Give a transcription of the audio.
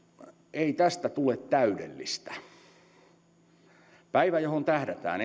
ei tästä tule täydellistä ensimmäinen ensimmäistä on päivä johon tähdätään